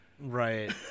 right